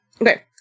Okay